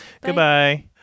Goodbye